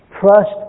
Trust